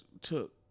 took